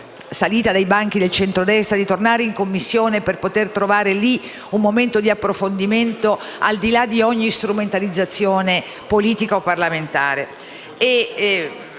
avanzata dai banchi del centrodestra, di tornare in Commissione per un momento di approfondimento, al di là di ogni strumentalizzazione politica o parlamentare?